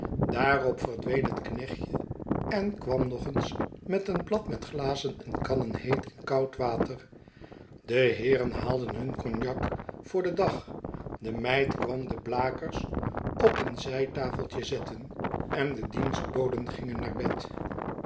daarop verdween het knechtje en kwam nog eens met een blad met glazen en kannen heet en koud water de heeren haalden hun cognac voor den dag de meid kwam de blakers op een zijtafeltje zetten en de dienstboden gingen naar bed